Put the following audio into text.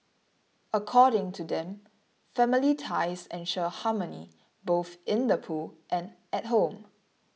according to them family ties ensure harmony both in the pool and at home